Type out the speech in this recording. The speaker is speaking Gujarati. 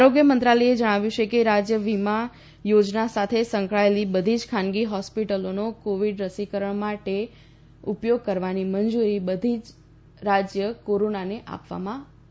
આરોગ્ય મંત્રાલયે જણાવ્યું છે કે રાજ્ય વિમા યોજના સાથે સંકળાયેલી બધી જ ખાનગી હોસ્પિટલોનો કોવિડના રસીકરણ માટે ઉપયોગ કરવાની મંજૂરી બધી જ રાજ્ય સરકારોને આપવામાં આવી છે